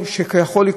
מפני מה שיכול לקרות.